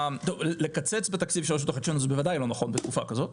בוודאי שזה לא נכון לקצץ בתקציב רשות החדשנות בתקופה שכזו.